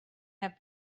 have